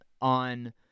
on